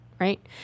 right